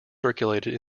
circulated